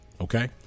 Okay